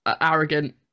arrogant